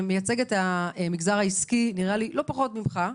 שמייצג את המגזר העסקי, נדמה לי לא פחות ממך,